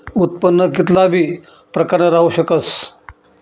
उत्पन्न कित्ला बी प्रकारनं राहू शकस